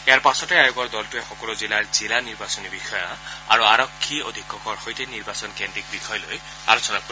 ইয়াৰ পাছতে আয়োগৰ দলটোৱে সকলো জিলাৰ জিলা নিৰ্বাচনী বিষয়া আৰু আৰক্ষী অধীক্ষকৰ সৈতে নিৰ্বাচন কেন্দ্ৰীক বিষয় লৈ আলোচনা কৰিব